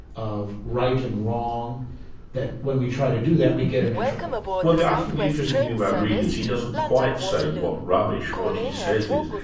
of right and wrong that when we try to do that we get into trouble. well i think the interesting thing about reid is, he doesn't quite say what rubbish, what he says is,